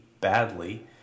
badly